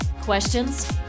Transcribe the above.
questions